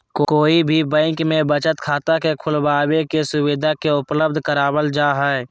कोई भी बैंक में बचत खाता के खुलबाबे के सुविधा के उपलब्ध करावल जा हई